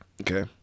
Okay